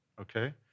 okay